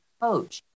coach